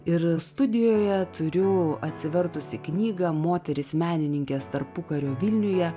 ir studijoje turiu atsivertusi knygą moterys menininkės tarpukario vilniuje